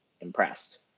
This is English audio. impressed